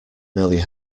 nearly